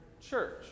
Church